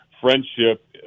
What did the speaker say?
Friendship